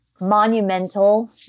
monumental